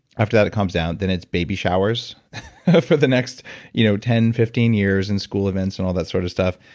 after that, it calms down. then it's baby showers for the next you know ten, fifteen years, and school events and all that sort of stuff.